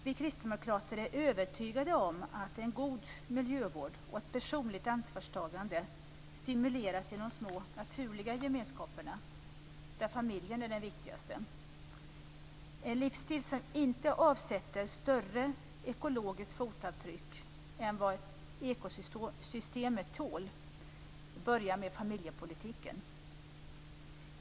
Vi kristdemokrater är övertygade om att en god miljövård och ett personligt ansvarstagande stimuleras genom små naturliga gemenskaper, där familjen är den viktigaste. En livsstil som inte avsätter större ekologiskt fotavtryck än vad ekosystemet tål börjar med familjepolitiken.